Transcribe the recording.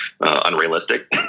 unrealistic